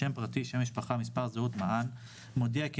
מען: _________________ מודיע בזה,